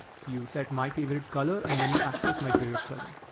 so you set my favorite color and then you access my favorite color.